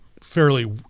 fairly